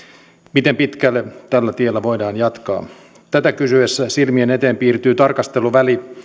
miten pitkälle tällä tiellä voidaan jatkaa tätä kysyessä silmien eteen piirtyy tarkasteluväli